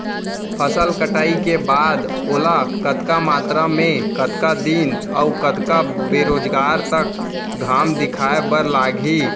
फसल कटाई के बाद ओला कतका मात्रा मे, कतका दिन अऊ कतका बेरोजगार तक घाम दिखाए बर लागही?